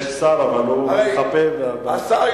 יש שר, אבל הוא מתחבא בפינה.